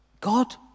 God